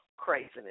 craziness